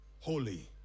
holy